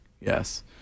Yes